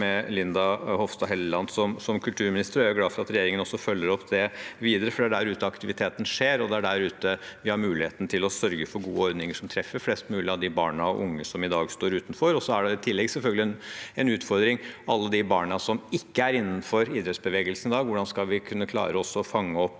med Linda Hofstad Helleland som kulturminister. Jeg er glad for at regjeringen også følger opp dette videre, for det er der ute aktiviteten skjer, og det er der ute vi har muligheten til å sørge for gode ordninger som treffer flest mulig av de barna og unge som i dag står utenfor. I tillegg er det selvfølgelig en utfordring med alle de barna som ikke er innenfor idrettsbevegelsen dag – hvordan vi skal kunne klare å fange dem